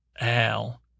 Al